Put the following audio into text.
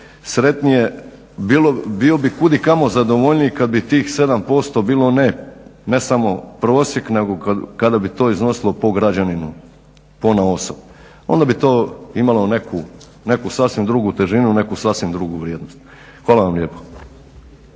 sretnije, bio bih kudikamo zadovoljniji kad bi tih 7% bilo ne samo prosjek nego kada bi to iznosilo po građaninu ponaosob. Onda bi to imalo neku sasvim drugu težinu, neku sasvim drugu vrijednost. Hvala vam lijepo.